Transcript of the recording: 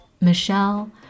Michelle